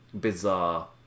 bizarre